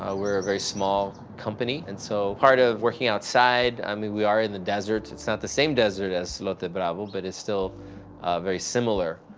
we're a very small company and so part of working outside, i mean we are in the desert, it's not the same desert as lote bravo but it's still very similar.